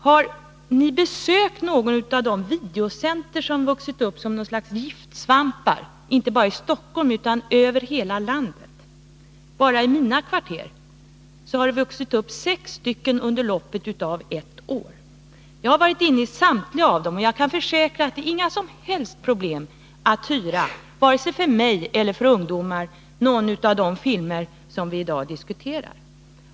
Har ni besökt några av de videocentra som vuxit upp som något slags giftsvampar inte bara i Stockholm utan över hela landet? Bara i mina kvarter har det vuxit upp sex stycken under loppet av ett år. Jag har varit inne i samtliga av dem. Och jag kan försäkra att det inte är några som helst problem — vare sig för mig eller för ungdomarna -— att hyra någon av de filmer som vii dag diskuterar.